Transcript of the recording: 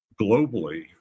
globally